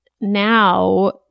Now